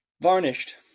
varnished